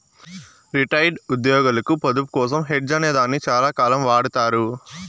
retired ఉద్యోగులకు పొదుపు కోసం హెడ్జ్ అనే దాన్ని చాలాకాలం వాడతారు